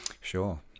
sure